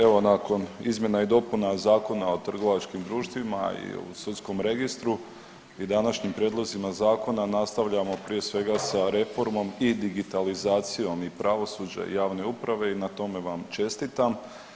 Evo nakon izmjena i dopuna Zakona o trgovačkim društvima i o sudskom registru i današnjim prijedlozima zakona nastavljamo prije svega sa reformom i digitalizacijom i pravosuđa i javne uprave i na tome vam čestitam.